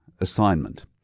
assignment